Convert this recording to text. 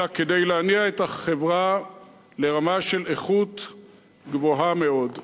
אלא כדי להניע את החברה לרמה של איכות גבוהה מאוד.